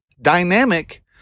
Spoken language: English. dynamic